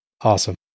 Awesome